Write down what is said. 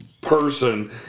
person